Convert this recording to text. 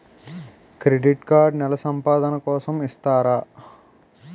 Credit card నెల సంపాదన కోసం ఇస్తారా?